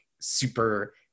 super